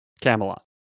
Camelot